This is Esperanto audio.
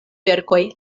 verkoj